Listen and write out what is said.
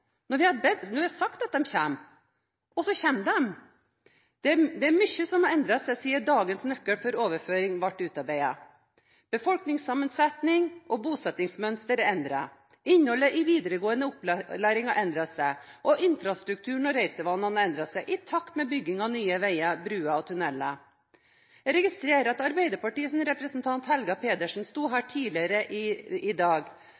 Når det er sagt at de kommer, så kommer de. Det er mye som har endret seg siden dagens nøkkel for overføring ble utarbeidet. Befolkningssammensetning og bosettingsmønster er endret. Innholdet i videregående opplæring har endret seg, og infrastrukturen og reisevanene har endret seg i takt med bygging av nye veier, bruer og tunneler. Jeg registrerer at Arbeiderpartiets representant Helga Pedersen sto her på talerstolen tidligere i dag